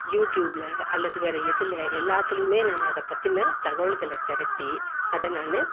யூடியூபில் அல்லது வேறு எதில் எல்லாத்துலேயுமே நான் அதை பற்றின தகவல்களை திரட்டி அதை நான்